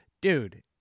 Dude